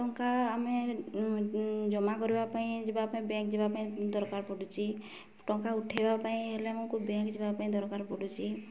ଟଙ୍କା ଆମେ ଜମା କରିବା ପାଇଁ ଯିବା ପାଇଁ ବ୍ୟାଙ୍କ ଯିବା ପାଇଁ ଦରକାର ପଡ଼ୁଛି ଟଙ୍କା ଉଠାଇବା ପାଇଁ ହେଲେ ଆମକୁ ବ୍ୟାଙ୍କ ଯିବା ପାଇଁ ଦରକାର ପଡ଼ୁଛି